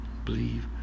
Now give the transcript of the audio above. believe